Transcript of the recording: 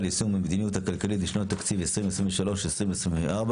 ליישום המדיניות הכלכלית לשנות התקציב 2023 ו-2024),